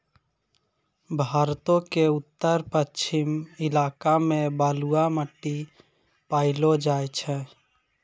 भारतो के उत्तर पश्चिम इलाका मे बलुआ मट्टी पायलो जाय छै